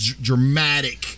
dramatic